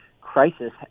crisis